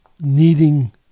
needing